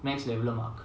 maximum level mark